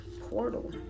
portal